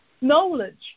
knowledge